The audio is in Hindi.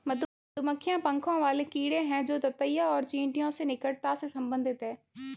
मधुमक्खियां पंखों वाले कीड़े हैं जो ततैया और चींटियों से निकटता से संबंधित हैं